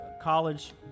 college